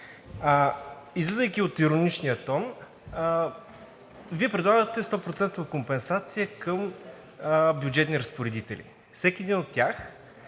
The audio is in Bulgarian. Излизайки от ироничния тон, Вие предлагате 100 процентова компенсация към бюджетни разпоредители. Всеки един от тях